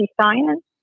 science